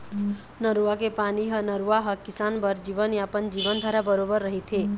नरूवा के पानी ह नरूवा ह किसान बर जीवनयापन, जीवनधारा बरोबर रहिथे